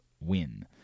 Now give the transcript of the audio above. win